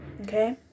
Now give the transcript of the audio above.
okay